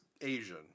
Asian